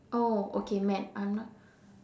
oh okay mad I'm not